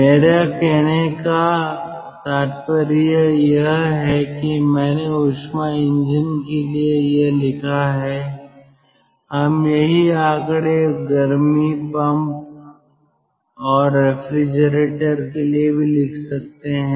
मेरे कहने का तात्पर्य यह है कि मैंने ऊष्मा इंजन के लिए यह लिखा है हम यही आंकड़े गर्मी पंप और रेफ्रिजरेटर के लिए भी लिख सकते हैं